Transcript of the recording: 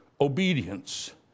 obedience